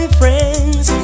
friends